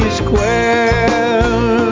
square